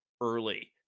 early